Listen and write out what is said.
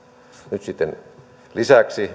nyt sitten lisäksi